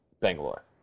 Bangalore